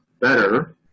better